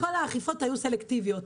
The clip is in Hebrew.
כל האכיפות היו סלקטיביות.